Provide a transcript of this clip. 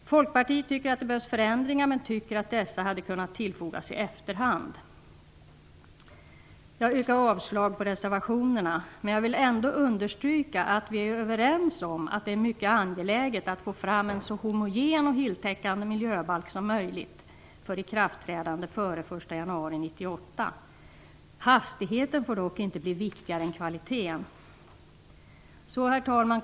Folkpartiet tycker att det behövs förändringar, men att dessa hade kunnat tillfogas i efterhand. Jag yrkar avslag på reservationerna. Men jag vill ändå understryka att vi är överens om att det är mycket angeläget att få fram en så homogen och heltäckande miljöbalk som möjligt för ikraftträdande före den 1 januari 1998. Hastigheten får dock inte bli viktigare än kvaliteten. Herr talman!